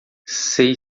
sei